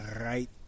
right